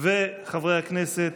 חברי הכנסת,